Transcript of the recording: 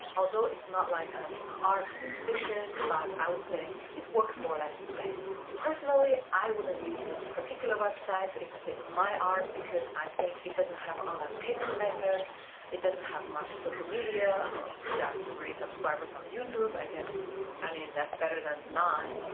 although it's not like an art exhibition, but i would say it works more or less the same personally, i wouldn't use this particular website to exhibit my art because i think it doesn't have online payment method it doesn't have much social media. well, it's that's three subscribers on youtube, i guess i mean that's better than none,